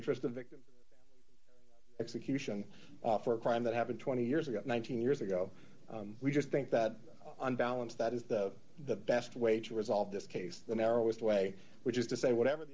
interest of victims execution offer a crime that happened twenty years ago one thousand years ago we just think that unbalanced that is the the best way to resolve this case the narrowest way which is to say whatever